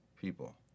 people